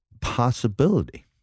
possibility